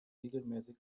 regelmäßig